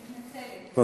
אני מתנצלת, ממש מתנצלת.